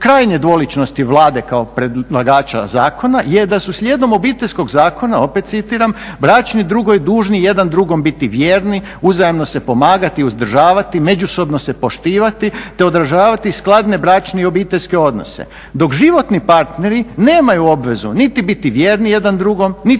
krajnje dvoličnosti Vlade kao predlagača zakona je da su slijedom Obiteljskog zakona opet citiram: "bračni drugovi dužni jedan drugom biti vjerni, uzajamno se pomagati i uzdržavati, međusobno se poštivati te održavati skladne bračne i obiteljske odnose", dok životni partneri nemaju obvezu niti biti vjerni jedan drugom niti